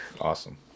Awesome